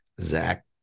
Zach